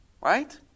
Right